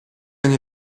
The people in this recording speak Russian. они